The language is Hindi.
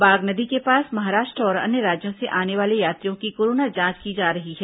बागनदी के पास महाराष्ट्र और अन्य राज्यों से आने वाले यात्रियों की कोरोना जांच की जा रही है